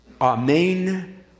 amen